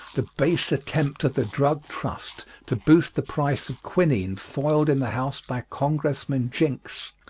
the base attempt of the drug trust to boost the price of quinine foiled in the house by congressman jinks,